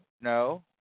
No